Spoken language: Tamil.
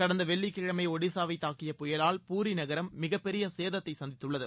கடந்த வெள்ளிக்கிழமை ஒடிசாவை தாக்கிய புயலால் பூரி நகரம் மிகப்பெரிய சேதத்தை சந்தித்துள்ளது